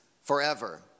forever